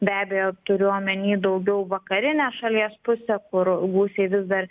be abejo turiu omeny daugiau vakarinę šalies pusę kur gūsiai vis dar